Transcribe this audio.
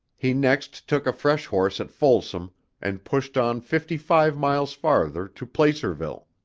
he next took a fresh horse at folsom and pushed on fifty-five miles farther to placerville.